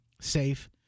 safe